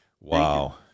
wow